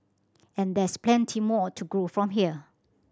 and there's plenty more to grow from here